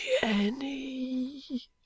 Jenny